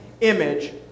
image